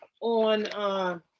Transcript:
on